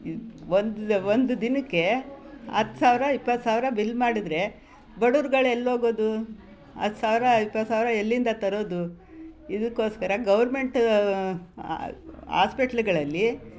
ಒಂದು ಒಂದು ದಿನಕ್ಕೆ ಹತ್ತು ಸಾವಿರ ಇಪ್ಪತ್ತು ಸಾವಿರ ಬಿಲ್ ಮಾಡಿದ್ರೆ ಬಡವ್ರುಗಳ್ ಎಲ್ಲಿ ಹೋಗೋದು ಹತ್ತು ಸಾವಿರ ಇಪ್ಪತ್ತು ಸಾವಿರ ಎಲ್ಲಿಂದ ತರೋದು ಇದಕ್ಕೊಸ್ಕರ ಗೌರ್ಮೆಂಟ್ ಹಾಸ್ಪಿಟ್ಲುಗಳಲ್ಲಿ